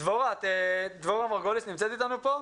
דבורה מרגוליס, בבקשה.